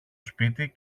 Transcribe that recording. σπίτι